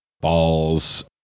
Balls